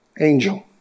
angel